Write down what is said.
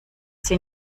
sie